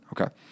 Okay